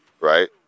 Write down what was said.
right